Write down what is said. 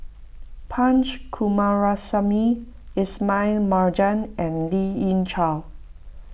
Punch Coomaraswamy Ismail Marjan and Lien Ying Chow